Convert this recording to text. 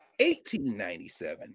1897